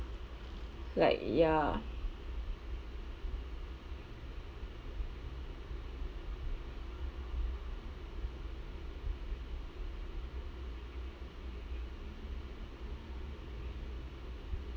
like ya